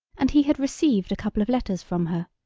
and he had received a couple of letters from her.